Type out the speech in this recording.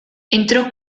entrò